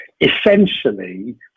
Essentially